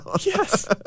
Yes